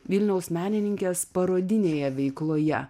vilniaus menininkės parodinėje veikloje